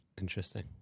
Interesting